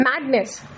madness